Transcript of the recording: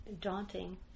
daunting